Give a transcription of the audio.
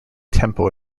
tempo